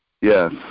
Yes